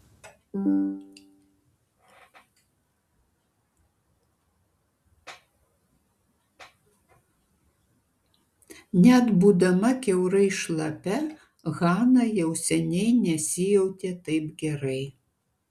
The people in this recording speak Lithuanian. net būdama kiaurai šlapia hana jau seniai nesijautė taip gerai